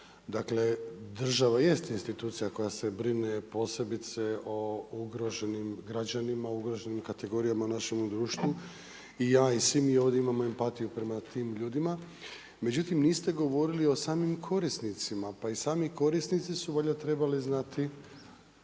Dakle, država jest institucija koja se brine posebice o ugroženim građanima, ugroženim kategorijama u našem društvu, i ja i svi mi imamo ovdje empatiju prema tim ljudima, međutim niste govorili o samim korisnicima, pa i samo korisnici su vajda trebali znati